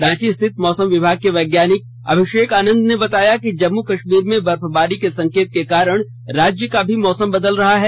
रांची स्थित मौसम विभाग के वैज्ञानिक अभिषेक आनंद ने बताया कि जम्मू कश्मीर में बर्फबारी के संकेत के कारण राज्य का भी मौसम बदल सकता है